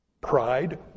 Pride